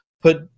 put